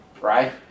right